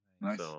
Nice